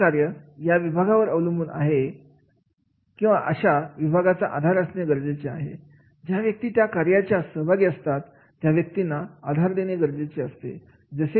ते कार्य या विभागावर अवलंबून आहे अशा विभागाचा आधार असणे गरजेचे आहे ज्या व्यक्ती त्या कार्यामध्ये सहभागी आहेत त्या व्यक्तींना आधार देणे गरजेचे आहे